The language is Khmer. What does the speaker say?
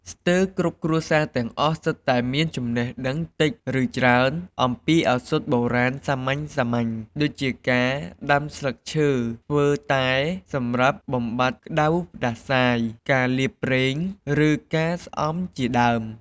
ស្ទើរគ្រប់គ្រួសារទាំងអស់ សុទ្ធតែមានចំណេះដឹងតិច ឬច្រើនអំពីឱសថបុរាណសាមញ្ញៗ ដូចជាការដាំស្លឹកឈើធ្វើតែសម្រាប់បំបាត់ក្ដៅផ្ដាសាយ ការលាបប្រេង ឬការស្អំជាដើម។